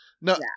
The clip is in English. no